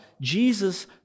Jesus